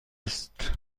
است